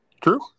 True